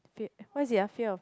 fe~ what is it ah fear of